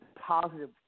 positive